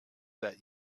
that